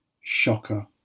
Shocker